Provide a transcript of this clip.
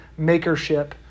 makership